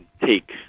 take